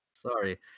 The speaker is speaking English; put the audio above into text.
Sorry